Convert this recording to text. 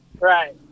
right